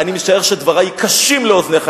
אני משער שדברי קשים לאוזניך,